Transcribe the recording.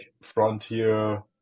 Frontier